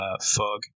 fog